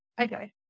Okay